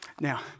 Now